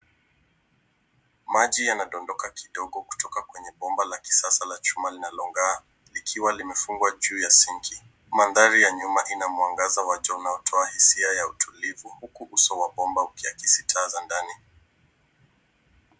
Maji yanadondoka kidogo kutoka kwenye bomba la kisasa la chuma linalong'aa, likiwa limefungwa juu ya sinki. Mandhari ya nyuma ina mwangaza wa jua unaotoa hisia ya utulivu, huku uso wa bomba ukiakisi taa za ndani.